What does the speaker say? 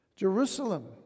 Jerusalem